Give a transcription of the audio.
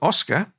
Oscar